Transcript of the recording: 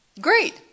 Great